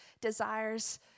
desires